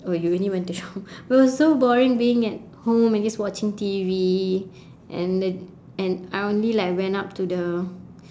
oh you only went to shop it was so boring being at home and just watching T_V and and I and I only like went up to the